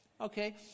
Okay